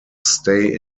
stay